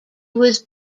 was